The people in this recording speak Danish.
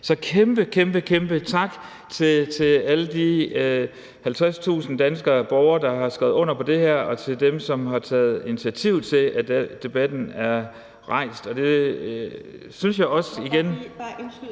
Så kæmpe, kæmpe tak til alle de 50.000 danske borgere, der har skrevet under på det her, og til dem, som har taget initiativ til, at debatten er rejst.